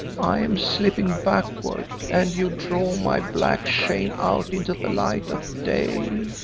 i am slipping backward and you draw my black shame out into the light of day.